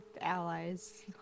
allies